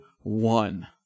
one